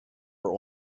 were